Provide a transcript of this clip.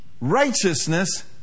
righteousness